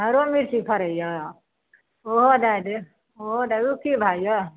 हरो मिर्ची फरै यऽ ओहो दए देब ओहो दए ओ की भाव यऽ